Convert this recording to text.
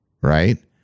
right